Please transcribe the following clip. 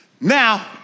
Now